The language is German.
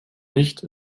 nicht